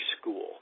school